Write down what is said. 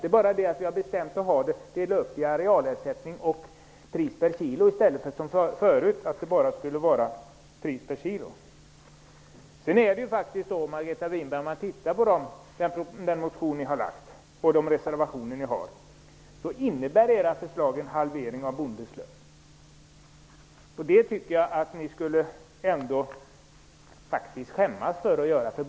Det är bara det att vi har bestämt att detta skall delas upp i arealersättning och pris per kilo i stället för enbart pris per kilo, som det var förut. Margareta Winberg, man kan titta på den motion som ni har väckt och de reservationer som ni har. Era förslag innebär en halvering av bondens lön. Ni borde faktiskt skämmas över det.